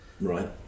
Right